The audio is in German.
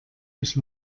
ich